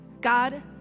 God